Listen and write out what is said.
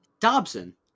Dobson